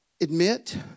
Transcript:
admit